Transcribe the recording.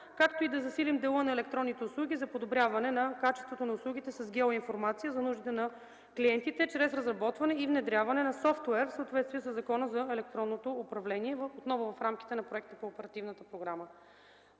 както и да засилим дела на електронните услуги за подобряване на качеството на услугите с геоинформация за нуждите на клиентите чрез разработване и внедряване на софтуер в съответствие със Закона за електронното управление отново в рамките на проекта по оперативната програма.